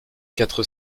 quatre